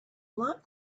lot